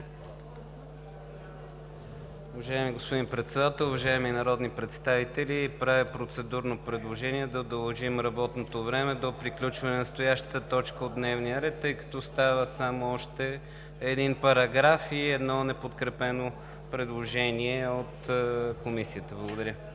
Уважаеми господин Председател, уважаеми народни представители! Правя процедурно предложение да удължим работното време до приключване на настоящата точка от дневния ред, тъй като остават само още един параграф и едно неподкрепено от Комисията предложение. Благодаря.